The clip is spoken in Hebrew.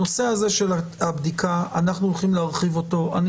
הנושא הזה של הבדיקה, אנחנו הולכים לצמצם אותו.